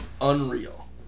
unreal